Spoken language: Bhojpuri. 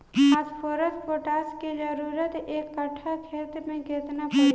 फॉस्फोरस पोटास के जरूरत एक कट्ठा खेत मे केतना पड़ी?